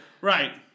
Right